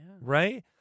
right